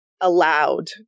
allowed